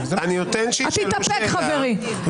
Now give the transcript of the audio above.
תתאפק חברי.